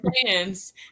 plans